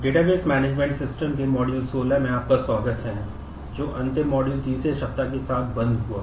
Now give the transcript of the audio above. database management system के module 16 में आपका स्वागत है जो अंतिम मॉड्यूल तीसरे सप्ताह के साथ बंद हुआ